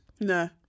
No